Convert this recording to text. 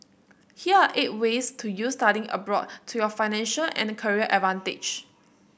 here are eight ways to use studying abroad to your financial and career advantage